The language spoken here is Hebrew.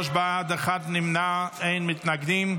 23 בעד, אחד נמנע, אין מתנגדים.